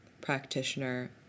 practitioner